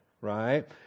right